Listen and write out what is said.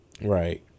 Right